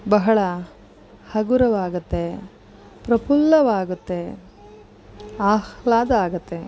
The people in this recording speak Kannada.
ಬಹಳ ಹಗುರವಾಗುತ್ತೆ ಪ್ರಪುಲ್ಲವಾಗುತ್ತೆ ಆಹ್ಲಾದ ಆಗುತ್ತೆ